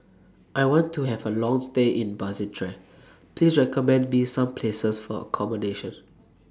I want to Have A Long stay in Basseterre Please recommend Me Some Places For accommodation